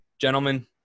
gentlemen